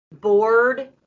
board